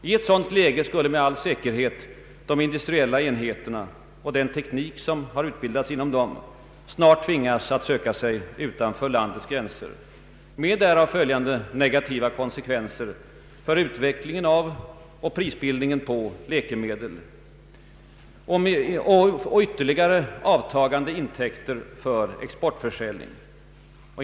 I ett sådant läge skulle med all säkerhet de industriella enheterna och den teknik som utbildats inom dem snart tvingas söka sig utanför landets gränser med därav följande negativa konsekvenser för utvecklingen av och prisbildningen på läkemedel och ytterligare avtagande intäkter för exportförsäljning.